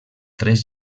tres